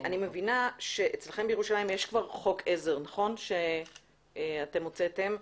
אני מבינה שאצלכם בירושלים יש כבר חוק עזר שאתם הוצאתם.